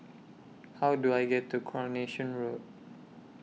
How Do I get to Coronation Road